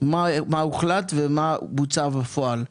מה הוחלט ומה בוצע בפועל.